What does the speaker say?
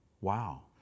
Wow